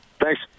Thanks